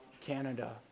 Canada